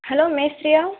hello மேஸ்திரியா